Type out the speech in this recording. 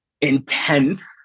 intense